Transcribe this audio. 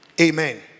Amen